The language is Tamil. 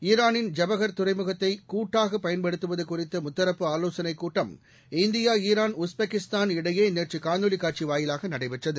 ஈரானின் ஐபகர் துறைமுகத்தை கூட்டாக பயன்படுத்துவது குறித்த முத்தரப்பு ஆலோசனைக் கூட்டம் இந்தியா ஈரான் உஸ்பெகிஸ்தான் இடையே நேற்று காணொளி காட்சி வாயிலாக நடைபெற்றது